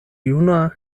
juna